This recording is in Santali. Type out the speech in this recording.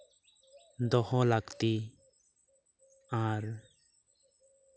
ᱫᱚᱦᱚ ᱞᱟᱹᱠᱛᱤ ᱟᱨ